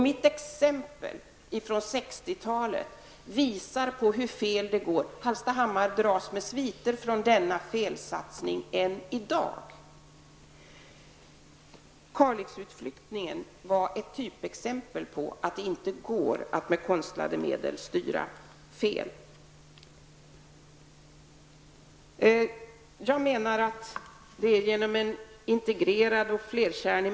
Mitt exempel från 60-talet visar hur fel det kan gå. Hallstahammar dras med sviterna från felsatsningarna än i dag. Kalixutflyttningen var ett typexempel på att det inte går att med konstlade medel styra -- det blir fel.